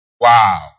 Wow